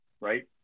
right